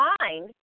mind